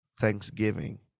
thanksgiving